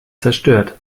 zerstört